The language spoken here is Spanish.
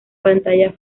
pantalla